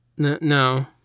No